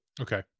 Okay